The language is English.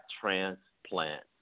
transplant